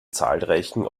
zahlreichen